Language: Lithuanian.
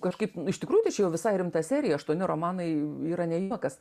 kažkaip iš tikrųjų tai čia jau visai rimta serija aštuoni romanai yra ne juokas